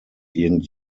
irgend